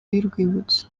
y’urwibutso